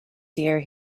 dear